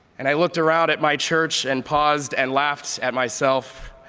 and i looked around at my church and paused and laughed at myself,